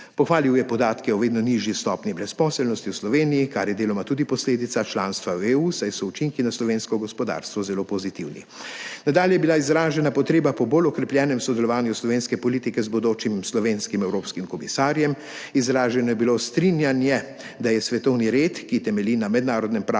Pohvalil je podatke o vedno nižji stopnji brezposelnosti v Sloveniji, kar je deloma tudi posledica članstva v EU, saj so učinki na slovensko gospodarstvo zelo pozitivni. Nadalje je bila izražena potreba po bolj okrepljenem sodelovanju slovenske politike z bodočim slovenskim evropskim komisarjem. Izraženo je bilo strinjanje, da je svetovni red, ki temelji na mednarodnem pravu,